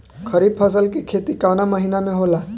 खरीफ फसल के खेती कवना महीना में होला?